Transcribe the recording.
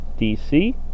DC